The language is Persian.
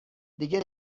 دیگه